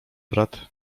brat